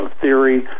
theory